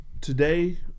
today